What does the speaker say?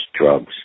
Drugs